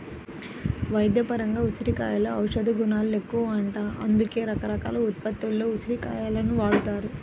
వైద్యపరంగా ఉసిరికలో ఔషధగుణాలెక్కువంట, అందుకే రకరకాల ఉత్పత్తుల్లో ఉసిరి కాయలను వాడతారు